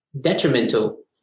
detrimental